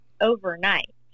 overnight